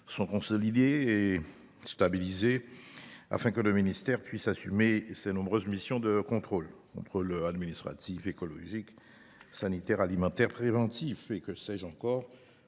sont consolidés et stabilisés, afin que le ministère puisse assumer ses nombreuses missions de contrôle : contrôle administratif, écologique, sanitaire, alimentaire et préventif – la liste est